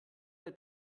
der